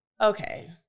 okay